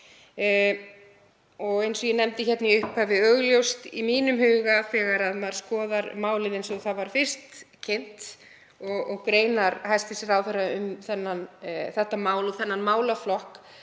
og eins og ég nefndi í upphafi augljóst í mínum huga þegar maður skoðar málið eins og það var fyrst kynnt, og greinar hæstv. ráðherra um þetta mál og þennan málaflokk,